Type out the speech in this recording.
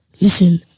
Listen